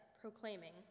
proclaiming